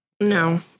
No